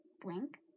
Blink